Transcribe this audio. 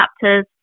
chapters